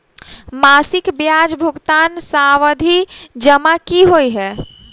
मासिक ब्याज भुगतान सावधि जमा की होइ है?